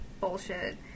bullshit